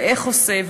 ואיך עושה,